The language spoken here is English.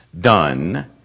done